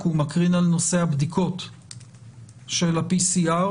כי הוא מקרין על נושא הבדיקות של ה-PCR.